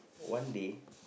one day